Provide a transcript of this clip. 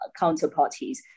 counterparties